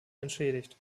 entschädigt